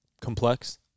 complex